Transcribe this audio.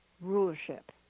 rulership